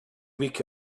week